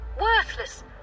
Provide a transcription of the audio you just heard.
worthless